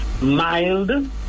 mild